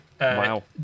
Wow